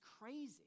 crazy